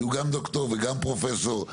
כי הוא גם ד"ר וגם פרופסור,